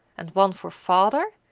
and one for father,